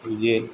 बिदि